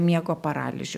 miego paralyžių